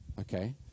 okay